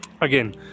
Again